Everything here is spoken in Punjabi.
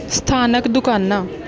ਸਥਾਨਕ ਦੁਕਾਨਾਂ